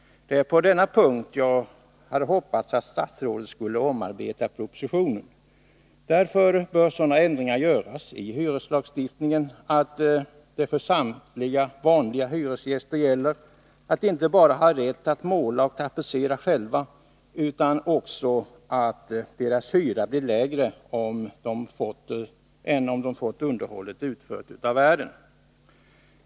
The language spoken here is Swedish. Det är på denna punkt jag hade hoppats att statsrådet skulle omarbeta propositionen. Sådana ändringar bör göras i hyreslagstiftningen att samtliga vanliga hyresgäster inte bara får rätt att måla och tapetsera själva, utan också att deras hyra blir lägre än om de fått underhållsarbetet utfört av värden.